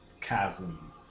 chasm